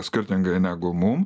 skirtingai negu mum